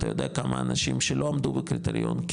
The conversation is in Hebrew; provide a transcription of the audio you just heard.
את היודע כמה אנשים שלא עמדו בקריטריון,